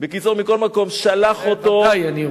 בקיצור, מכל מקום, שלח אותו